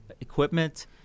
Equipment